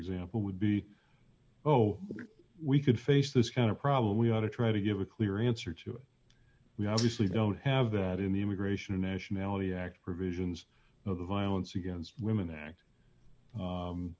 example would be oh we could face this kind of problem we ought to try to give a clear answer to it we obviously don't have that in the immigration and nationality act provisions of the violence against women act